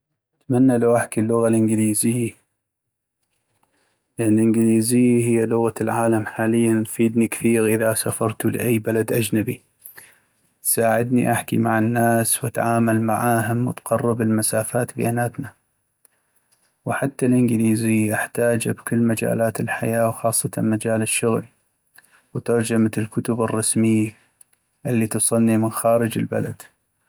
اتمنى لو احكي اللغة الانكليزية ، لأن الإنكليزي هي لغة العالم حالياً ، وتفيدني كثيغ اذا سافرتو لاي بلد أجنبي ، تساعدني احكي مع الناس وتعامل معاهم وتقرب المسافات بيناتنا ، وحتى الإنكليزي احتاجه بكل مجالات الحياة وخاصة مجال الشغل وترجمة الكتب الرسمي الي تصلني من خارج البلد.